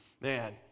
man